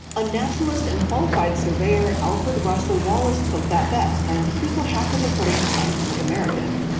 a naturalist and qualified surveyor alfred russel wallace took that bet, and here's what happened according to scientific american.